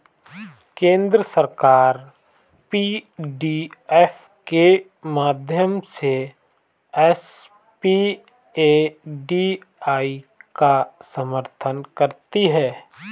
केंद्र सरकार पी.डी.एफ के माध्यम से एस.पी.ए.डी.ई का समर्थन करती है